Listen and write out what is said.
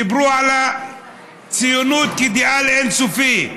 דיברו על הציונות כאידיאל אין-סופי.